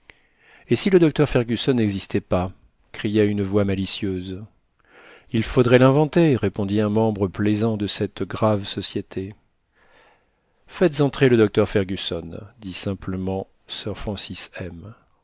et si le docteur fergusson n'existait pas cria une voix malicieuse il faudrait l'inventer répondit un membre plaisant de cette grave société faites entrer le docteur fergusson dit simplenlent sir francis